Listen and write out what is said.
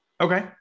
Okay